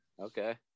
okay